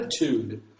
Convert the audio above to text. attitude